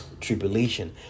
tribulation